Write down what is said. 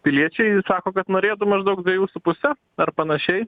piliečiai sako kad norėtų maždaug dvejų su puse ar panašiai